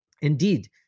indeed